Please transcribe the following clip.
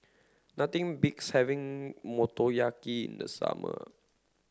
nothing beats having Motoyaki in the summer